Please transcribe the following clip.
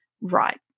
right